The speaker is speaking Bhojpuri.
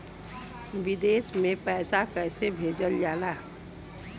विदेश में पैसा कैसे भेजल जाला?